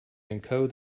encode